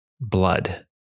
blood